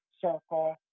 circle